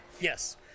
Yes